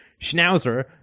schnauzer